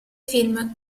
film